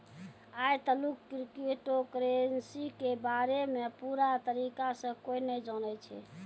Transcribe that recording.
आय तलुक cryptocurrency के बारे मे पूरा तरीका से कोय नै जानै छै